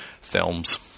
films